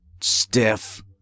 stiff